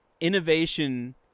innovation